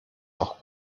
auch